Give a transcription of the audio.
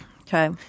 Okay